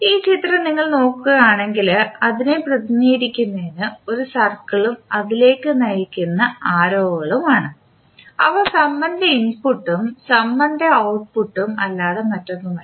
ഈ ചിത്രം നിങ്ങൾ നോക്കുകയാണെങ്കിൽ അതിനെ പ്രതിനിധീകരിക്കുന്നത് ഒരു സർക്കിളും അതിലേക്ക് നയിക്കുന്ന ആരോകളും ആണ് അവ സമ്മറിന്റെ ഇൻപുട്ടും സമ്മറിന്റെ ഔട്ട്പുട്ടും അല്ലാതെ മറ്റൊന്നുമല്ല